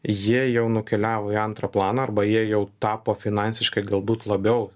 jie jau nukeliavo į antrą planą arba jie jau tapo finansiškai galbūt labiau